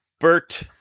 Bert